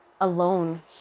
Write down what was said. alone